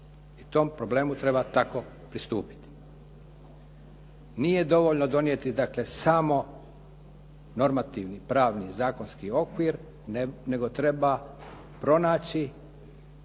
I tom problemu treba tako pristupiti. Nije dovoljno donijeti dakle samo normativni, pravni, zakonski okvir nego treba pronaći